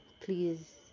please